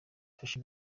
ifashe